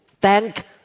Thank